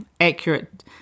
accurate